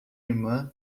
irmã